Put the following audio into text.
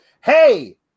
hey